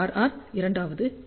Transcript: R இரண்டாவது R